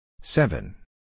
Seven